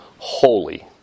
holy